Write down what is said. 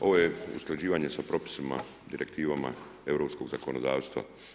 Ovo je usklađivanje sa propisima, direktivama europskog zakonodavstva.